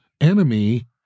enemy